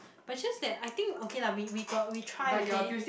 but just that I think okay lah we we got we try okay